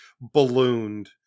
ballooned